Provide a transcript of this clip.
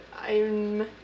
I'm-